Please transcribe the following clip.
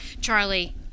Charlie